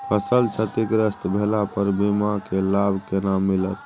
फसल क्षतिग्रस्त भेला पर बीमा के लाभ केना मिलत?